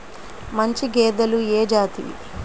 మంచి గేదెలు ఏ జాతివి?